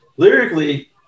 Lyrically